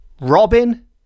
Robin